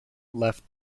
left